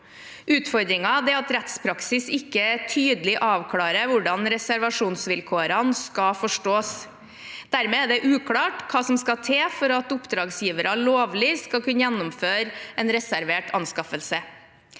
Utfordringen er at rettspraksis ikke tydelig avklarer hvordan reservasjonsvilkårene skal forstås. Dermed er det uklart hva som skal til for at oppdragsgivere lovlig skal kunne gjennomføre en reservert anskaffelse.